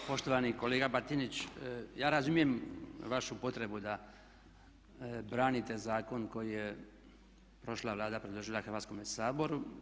Poštovani kolega Batinić ja razumijem vašu potrebu da branite zakon koji je prošla Vlada predložila Hrvatskome saboru.